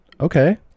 okay